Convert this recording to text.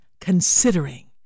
considering